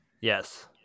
Yes